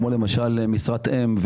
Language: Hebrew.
כמו למשל משרת אם.